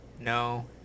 no